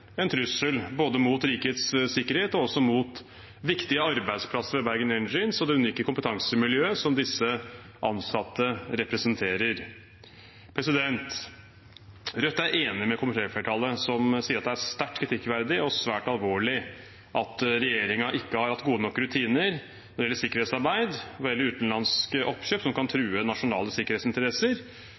en trussel, både mot rikets sikkerhet og mot viktige arbeidsplasser ved Bergen Engines og det unike kompetansemiljøet som disse ansatte representerer. Rødt er enig med komitéflertallet, som sier at det er sterkt kritikkverdig og svært alvorlig at regjeringen ikke har hatt gode nok rutiner når det gjelder sikkerhetsarbeid, og når det gjelder utenlandske oppkjøp som kan true nasjonale sikkerhetsinteresser,